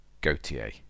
Gautier